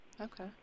Okay